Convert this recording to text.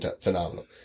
phenomenal